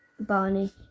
Barney